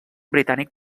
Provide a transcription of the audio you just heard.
britànic